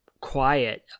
quiet